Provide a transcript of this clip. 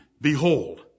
Behold